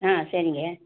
ஆ சரிங்க